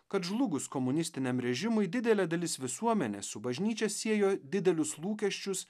kad žlugus komunistiniam režimui didelė dalis visuomenės su bažnyčia siejo didelius lūkesčius